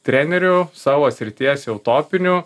trenerių savo srities jau topinių